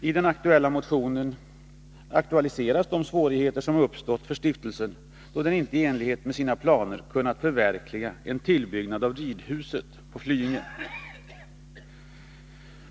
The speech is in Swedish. I centermotionen aktualiseras de svårigheter som uppstått för stiftelsen, då den inte i enlighet med sina planer kunnat genomföra en tillbyggnad av ridhuset på Flyinge.